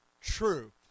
true